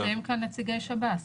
אבל נמצאים כאן נציגי שב"ס.